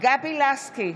גבי לסקי,